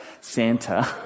Santa